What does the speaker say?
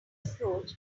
approach